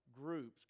groups